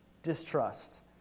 Distrust